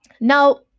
Now